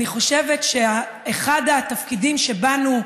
אני חושבת שאחד התפקידים שלנו,